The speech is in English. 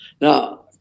Now